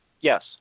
Yes